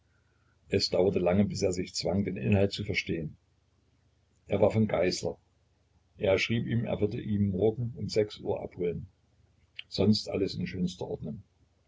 es dauerte lange bis er sich zwang den inhalt zu verstehen er war von geißler er schrieb ihm er würde ihn morgens um sechs uhr abholen sonst alles in schönster ordnung